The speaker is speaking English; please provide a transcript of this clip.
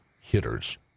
hitters